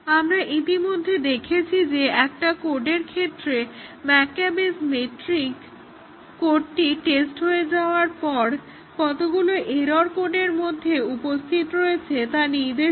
আমরা ইতিমধ্যে দেখেছি যে একটা কোডের ক্ষেত্রে McCabe's মেট্রিক কোডটি টেস্ট হয়ে যাওয়ার পর কতগুলো এরর কোডের মধ্যে উপস্থিত রয়েছে তা নির্দেশ করে